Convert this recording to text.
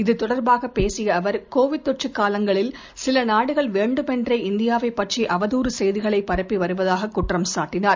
இது தொடர்பாக பேசிய அவர் கோவிட் தொற்று காலங்களில் சில நாடுகள் வேண்டு மென்றே இந்தியாவைப் பற்றி அவதுாறு செய்திகளைப் பரப்பி வருவதாக குற்றம் சாட்டினார்